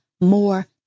more